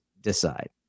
decide